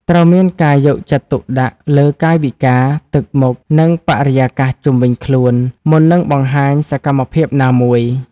ត្រូវមានការយកចិត្តទុកដាក់លើកាយវិការ ទឹកមុខ និងបរិយាកាសជុំវិញខ្លួន មុននឹងបង្ហាញសកម្មភាពណាមួយ។